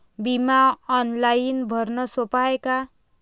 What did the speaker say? बिमा ऑनलाईन भरनं सोप हाय का?